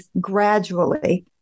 gradually